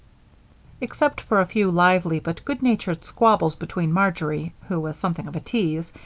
except for a few lively but good-natured squabbles between marjory, who was something of a tease,